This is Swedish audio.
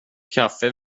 kaffe